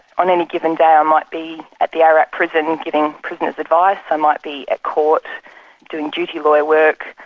on any given day i ah might be at the ararat prison giving prisoners advice, i might be at court doing duty lawyer work,